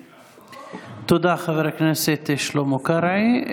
תודה, חבר הכנסת שלמה קרעי.